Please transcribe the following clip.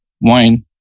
Wine